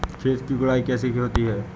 खेत की गुड़ाई कैसे होती हैं?